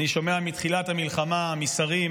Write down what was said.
אני שומע מתחילת המלחמה משרים,